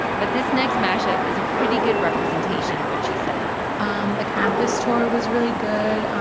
but this next mashup is a pretty good representation of what she said um the campus tour was really good.